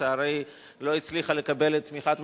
שלצערי לא הצליחה לקבל את תמיכת הממשלה,